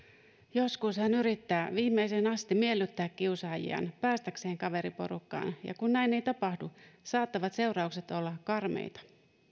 joskus hän yrittää viimeiseen asti miellyttää kiusaajiaan päästäkseen kaveriporukkaan ja kun näin ei tapahdu saattavat seuraukset olla karmeita